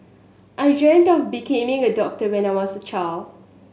I dreamt of becoming a doctor when I was a child